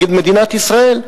נגד מדינת ישראל.